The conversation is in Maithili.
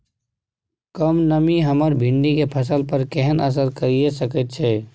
कम नमी हमर भिंडी के फसल पर केहन असर करिये सकेत छै?